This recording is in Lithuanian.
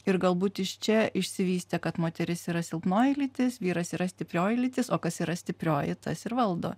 ir galbūt iš čia išsivystė kad moteris yra silpnoji lytis vyras yra stiprioji lytis o kas yra stiprioji tas ir valdo